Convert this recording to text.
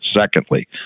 Secondly